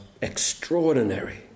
extraordinary